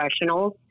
professionals